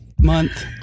month